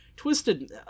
Twisted